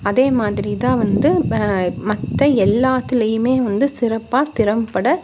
அதேமாதிரி தான் வந்து மற்ற எல்லாத்துலையுமே வந்து சிறப்பாக திறம்பட